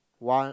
one